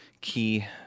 key